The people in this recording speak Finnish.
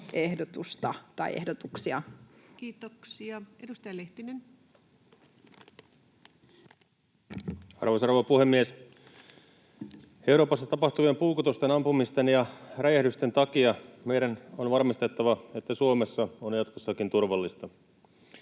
§:n muuttamisesta Time: 17:21 Content: Arvoisa rouva puhemies! Euroopassa tapahtuvien puukotusten, ampumisten ja räjähdysten takia meidän on varmistettava, että Suomessa on jatkossakin turvallista.